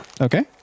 Okay